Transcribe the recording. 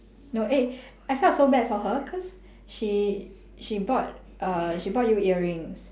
no eh I felt so bad for her cause she she bought err she bought you earrings